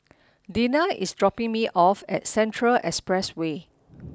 Deena is dropping me off at Central Expressway